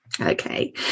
Okay